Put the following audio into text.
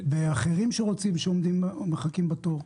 באחרים שמחכים לתור?